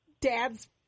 Dad's